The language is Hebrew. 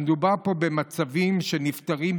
מדובר פה במצבים שנפטרים,